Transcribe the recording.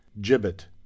Gibbet